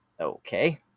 Okay